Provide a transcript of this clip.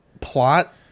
plot